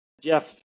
Jeff